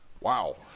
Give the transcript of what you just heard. Wow